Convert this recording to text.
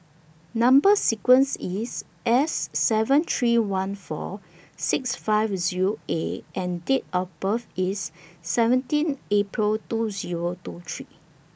Number sequence IS S seven three one four six five Zero A and Date of birth IS seventeen April two Zero two three